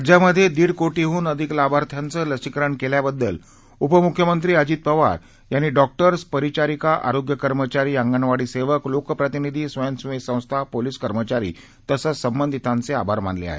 राज्यामधे दीड कोटीहून अधिक लाभार्थ्यांचं लसीकरण केल्याबद्दल उपमुख्यमंत्री अजित पवार यांनी डॉक्टर्स परिचारिका आरोग्य कर्मचारी अंगणवाडी सेवक लोकप्रतिनिधी स्वयंसेवी संस्था पोलीस कर्मचारी तसंच संबधितांचे आभार मानले आहेत